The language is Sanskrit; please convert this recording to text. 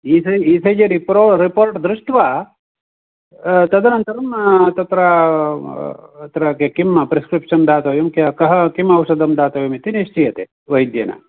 इ सि इ सि जि रिप्रो रिपोर्ट् दृष्ट्वा तत् तदनन्तरं तत्र तत्र किं प्रिस्क्रिप्षत् दातव्यं कः किम् औषधं दातव्यमिति निश्चीयते वैद्येन